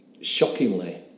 shockingly